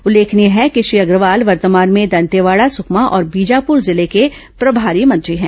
उल्लेखनीय है कि श्री अग्रवाल वर्तमान में दंतेवाड़ा सुकमा और बीजापुर जिले के प्रभारी मंत्री हैं